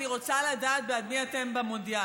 אני רוצה לדעת בעד מי אתם במונדיאל.